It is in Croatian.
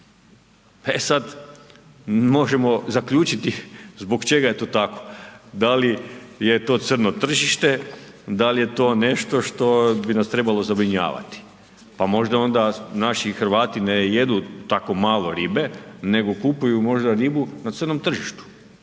E sad, možemo zaključiti zbog čega je to tako, da li je to crno tržište, da li je to nešto što bi nas trebalo zabrinjavati. Pa možda onda naši Hrvati ne jedu tako malo ribe nego kupuju možda ribu na crnom tržištu.